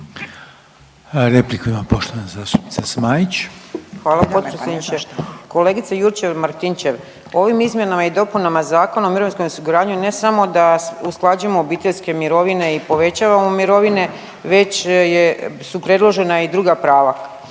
Zmaić. **Zmaić, Ankica (HDZ)** Hvala potpredsjedniče. Kolegice Jurčev Martinčev ovim izmjenama i dopunama Zakona o mirovinskom osiguranju ne samo da usklađujemo obiteljske mirovine i povećavamo mirovine već su predložena i druga prava